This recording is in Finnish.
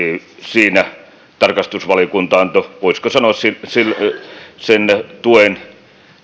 siinä tarkastusvaliokunta antoi voisiko sanoa tuen